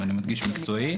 ואני מדגיש מקצועי,